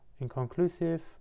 inconclusive